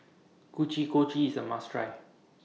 Kochi Kochi IS A must Try